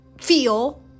feel